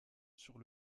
sur